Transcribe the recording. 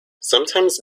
sometimes